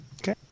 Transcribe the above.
Okay